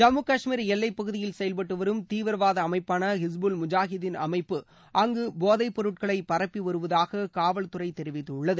ஜம்மு காஷ்மீர் எல்லைப் பகுதியில் செயல்பட்டு வரும் தீவிரவாத அமைப்பான ஹிஸ்புல் முஜாஹிதின் அமைப்பு அங்கு போதைப் பொருட்களை பரப்பி வருவதாக காவல்துறை தெரிவித்துள்ளது